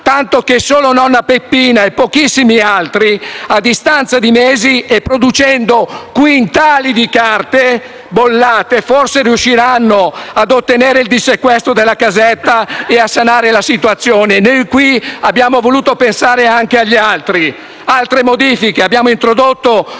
tanto che solo nonna Peppina e pochissimi altri, a distanza di mesi e producendo quintali di carte bollate, forse riusciranno a ottenere il dissequestro della casetta e a sanare la situazione. Noi qui abbiamo voluto pensare anche agli altri. Altre modifiche: abbiamo introdotto